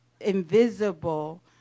invisible